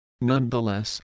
Nonetheless